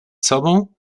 sobą